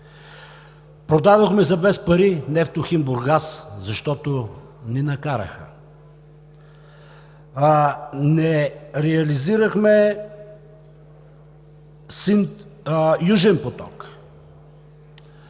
Продадохме за без пари „Нефтохим“ – Бургас, защото ни накараха. Не реализирахме Южен поток.